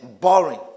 boring